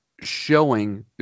showing